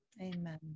amen